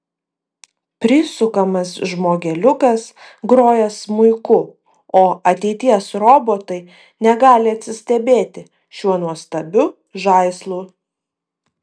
prisukamas žmogeliukas groja smuiku o ateities robotai negali atsistebėti šiuo nuostabiu žaislu